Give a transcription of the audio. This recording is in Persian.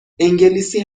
انگلیسی